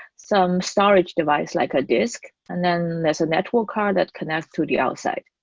some storage device, like a disk, and then there's a network card that connects through the outside.